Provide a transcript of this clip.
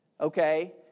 okay